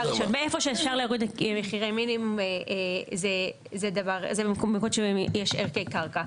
מאיפה שאפשר להוריד מחירי מינימום זה מקומות שיש ערכי קרקע.